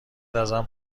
ازم